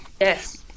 Yes